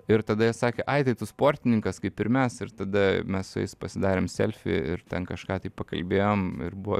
ir tada jie sakė ai tai tu sportininkas kaip ir mes ir tada mes su jais pasidarėm selfį ir ten kažką tai pakalbėjom ir buvo